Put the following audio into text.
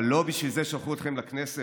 אבל לא בשביל זה שלחו אתכם לכנסת.